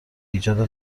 ایجاد